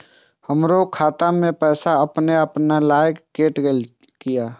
हमरो खाता से पैसा अपने अपनायल केट गेल किया?